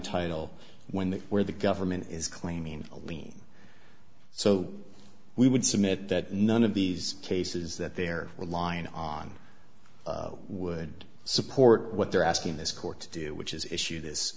title when the where the government is claiming a lien so we would submit that none of these cases that they're relying on would support what they're asking this court to do which is issue this